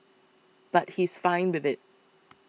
but he's fine with it